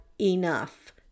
enough